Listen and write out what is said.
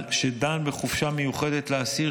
ודן בחופשה מיוחדת לאסיר.